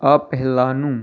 આ પહેલાંનું